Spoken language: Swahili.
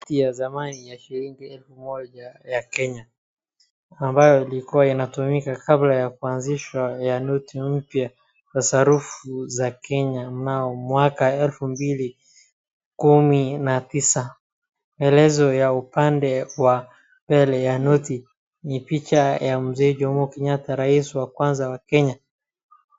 Noti ya zamani ya shilingi elfu moja ya Kenya, ambayo ilikuwa inatumika kabla ya kuanzishwa kwa noti mpya ya sarufu za Kenya mnamo mwaka elfu mbili kumi na tisa. Maelezo ya upande wa mbele ya noti ni picha ya mzee Jomo Kenyatta, rais wa kwanza wa Kenya.